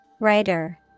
Writer